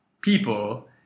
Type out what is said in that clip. people